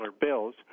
bills –